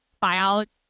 biology